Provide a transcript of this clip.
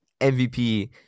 MVP